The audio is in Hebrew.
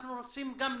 אנחנו רוצים גם נתונים,